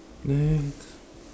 next